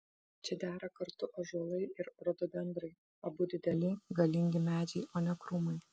čia dera kartu ąžuolai ir rododendrai abu dideli galingi medžiai o ne krūmai